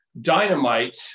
Dynamite